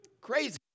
Crazy